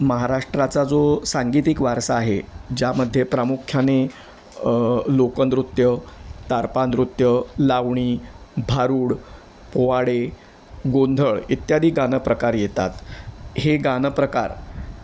महाराष्ट्राचा जो सांगीतिक वारसा आहे ज्यामध्ये प्रामुख्याने लोकनृत्य तारपा नृत्य लावणी भारूड पोवाडे गोंधळ इत्यादी गानप्रकार येतात हे गानप्रकार